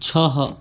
छः